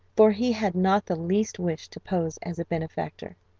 for he had not the least wish to pose as a benefactor.